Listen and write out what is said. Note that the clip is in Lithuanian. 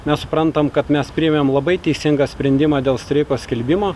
mes suprantam kad mes priėmėm labai teisingą sprendimą dėl streiko skelbimo